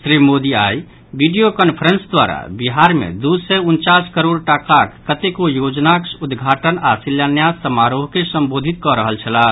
श्री मोदी आइ video conference द्वारा बिहार मे दू सय उनचास करोड़ टाकाक कतेको योजनाक उद्घाटन आओर शिलान्यास समारोह के संबोधित कऽ रहल छलाह